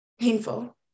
painful